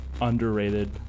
underrated